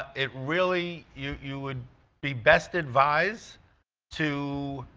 it really you you would be best advised to